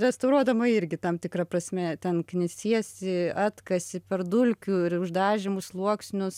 restauruodama irgi tam tikra prasme ten knisiesi atkasi per dulkių ir uždažymų sluoksnius